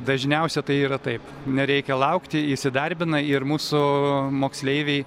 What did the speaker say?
dažniausia tai yra taip nereikia laukti įsidarbina ir mūsų moksleiviai